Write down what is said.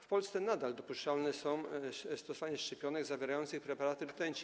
W Polsce nadal dopuszczalne jest stosowanie szczepionek zawierających preparaty rtęci.